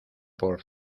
por